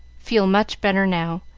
feel much better now.